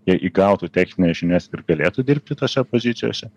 jie įgautų technines žinias ir galėtų dirbti tose pozicijose